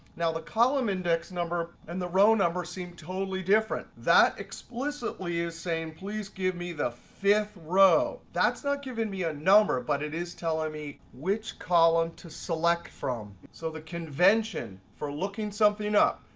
now the column index number and the row number seem totally different. that explicitly is saying please give me the fifth row. that's not given me a number, but it is telling me which column to select from. so the convention for looking something up,